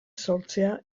sortzea